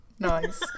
Nice